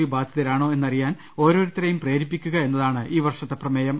V ബാധിതരാണോ എന്നറിയാൻ ഓരോരുത്തരെയും പ്രേരിപ്പിക്കുക എന്നതാണ് ഈ വർഷത്തെ പ്രമേയം